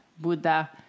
Buddha